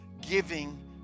giving